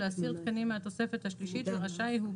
להסיר תקנים מהתוספת השלישית ורשאי הוא,